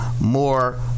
more